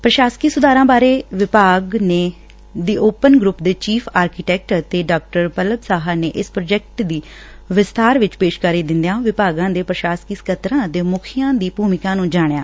ਪੁਸ਼ਾਸਕੀ ਸੁਧਾਰਾਂ ਬਾਰੇ ਵਿਭਾਗ ਨੇ ਦੀ ਓਪਨ ਗਰੁੱਪ ਦੇ ਚੀਫ਼ ਆਰਕੀਟੈਕਟ ਅਤੇ ਡਾ ਪਲੱਬ ਸਾਹਾ ਨੇ ਇਸ ਪ੍ਰੋਜੈਕਟ ਦੀ ਵਿਸਬਾਰ ਵਿੱਚ ਪੇਸ਼ਕਾਰੀ ਦਿੰਦਿਆਂ ਵਿਭਾਗਾਂ ਦੇ ਪਸ਼ਾਸਕੀ ਸਕੱਤਰਾਂ ਅਤੇ ਮਖੀਆਂ ਦੀ ਭੁਮਿਕਾ ਨੰ ਜਾਣਿਆ